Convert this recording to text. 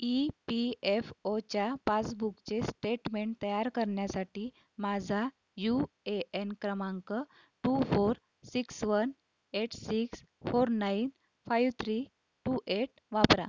E P F ओच्या पासबुकचे statement तयार करण्यासाठी माझा यू ए एन क्रमांक two four six one eight six four nine five three two eight वापरा